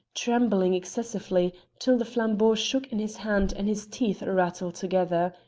trembling excessively till the flambeau shook in his hand and his teeth rattled together.